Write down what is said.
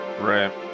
Right